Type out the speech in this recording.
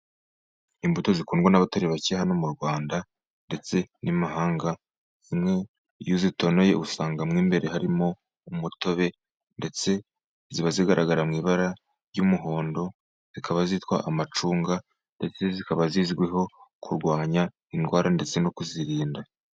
Imbuto zikundwa n'abatari bake hano mu Rwanda ndetse n'amahanga, zimwe iyo uzitonoye usangamo imbere harimo umutobe, ndetse ziba zigaragara mu ibara ry'umuhondo, zikaba zitwa amacunga ndetse zikaba zizwiho kurwanya indwara ndetse no kuzirinda.